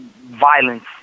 violence